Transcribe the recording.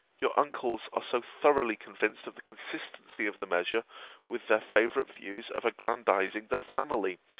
your uncles are so thoroughly convinced of the consistency of the measure with their favourite views of aggrandizing the family,